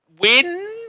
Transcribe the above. win